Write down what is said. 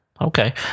Okay